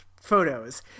photos